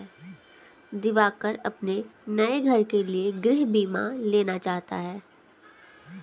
दिवाकर अपने नए घर के लिए गृह बीमा लेना चाहता है